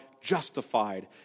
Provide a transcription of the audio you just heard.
justified